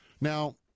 Now